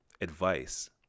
advice